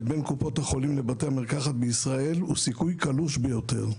בין קופות החולים לבתי המרקחת בישראל הוא סיכוי קלוש ביותר.